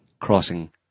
crossing